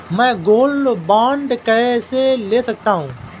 मैं gold bond कैसे ले सकता हूँ?